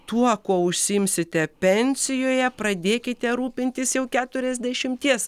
tuo kuo užsiimsite pensijoje pradėkite rūpintis jau keturiasdešimties